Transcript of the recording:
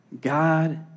God